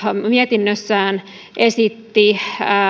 mietinnössään esitti